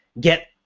get